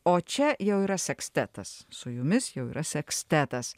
o čia jau yra sekstetas su jumis jau yra sekstetas